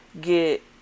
get